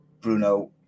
Bruno